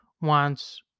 wants